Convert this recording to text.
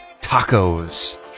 tacos